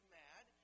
mad